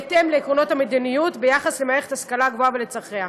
בהתאם לעקרונות המדיניות ביחס למערכת ההשכלה הגבוהה ולצרכיה.